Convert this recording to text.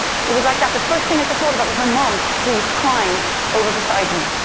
it was like that. the first thing i thought about was my mom, who was crying over beside me.